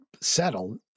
settled